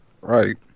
right